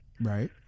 Right